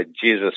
Jesus